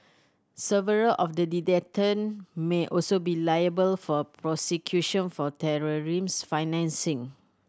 several of the may also be liable for prosecution for financing